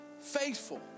faithful